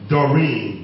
Doreen